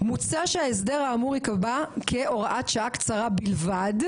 מוצע שההסדר האמור ייקבע כהוראת שעה קצרה בלבד,